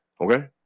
okay